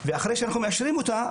ואחרי שאנחנו מאשרים אותה,